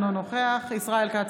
אינו נוכח ישראל כץ,